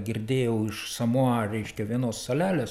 girdėjau iš samoa reiškia vienos salelės